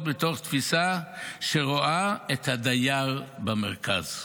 מתוך תפיסה שרואה את הדייר במרכז.